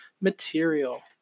material